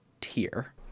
tier